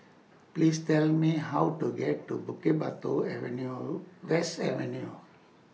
Please Tell Me How to get to Bukit Batok Avenue West Avenue